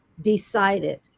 decided